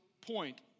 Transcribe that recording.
point